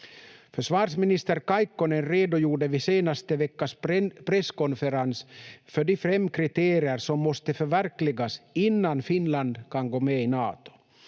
Försvarsminister Kaikkonen redogjorde vid senaste veckas presskonferens för de fem kriterier som måste förverkligas innan Finland kan gå med i Nato: